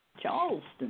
Charleston